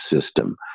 system